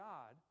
God